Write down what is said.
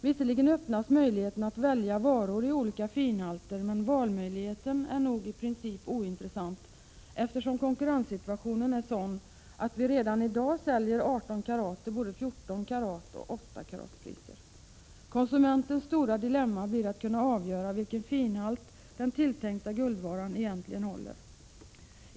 Visserligen öppnas möjligheten att välja varor i olika finhalter, men valmöjligheten är nog i princip ointressant, eftersom konkurrenssituationen är sådan, att vi redan i dag säljer 18 k till både 14 k och 8 k priser. Konsumentens stora dilemma blir att kunna avgöra vilken finhalt den tilltänkta guldvaran egentligen håller.